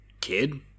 kid